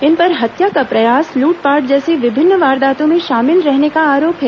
इन पर हत्या का प्रयास लूटपाट जैसी विभिन्न वारदातों में शामिल रहने का आरोप है